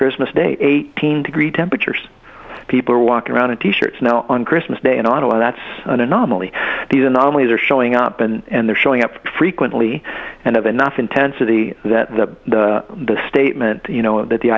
christmas day eighteen degree temperatures people are walking around in t shirts now on christmas day and i don't know that's an anomaly these anomalies are showing up and they're showing up frequently and of enough intensity that the the statement you know that the